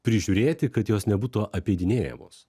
prižiūrėti kad jos nebūtų apeidinėjamos